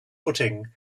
footing